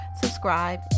subscribe